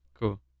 Cool